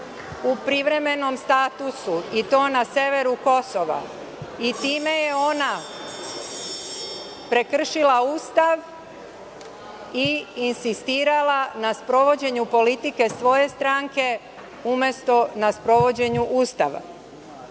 u privremenom statusu i to na severu Kosova. Time je ona prekršila Ustav i insistirala na sprovođenju politike svoje stranke, umesto na sprovođenju Ustava. Moram